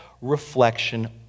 reflection